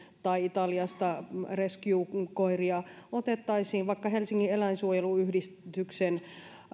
tai italiasta rescuekoiria otettaisiin vaikka helsingin eläinsuojeluyhdistyksen